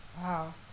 Wow